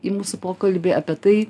į mūsų pokalbį apie tai